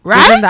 Right